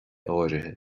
áirithe